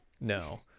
No